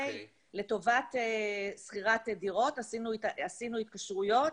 לטובת שכירת דירות עשינו התקשרויות.